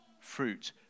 fruit